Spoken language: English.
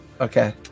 Okay